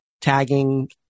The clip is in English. tagging